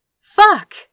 Fuck